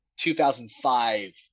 2005